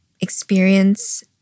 experience